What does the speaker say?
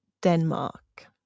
Denmark